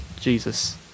Jesus